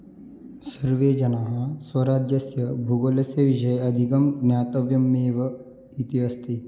सर्वे जनाः स्वराज्यस्य भुगोलस्य विषये अधिकं ज्ञातव्यमेव इति अस्ति